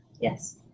Yes